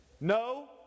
No